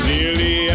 Nearly